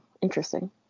interesting